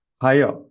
higher